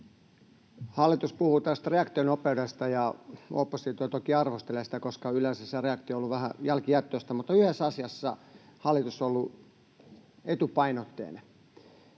Hallitus puhuu tästä reaktionopeudesta, ja oppositio toki arvostelee sitä, koska yleensä se reaktio on ollut vähän jälkijättöistä. Mutta yhdessä asiassa hallitus on ollut etupainotteinen: